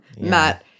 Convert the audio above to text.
Matt